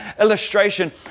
illustration